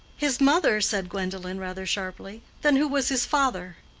his mother? said gwendolen, rather sharply. then who was his father?